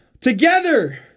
Together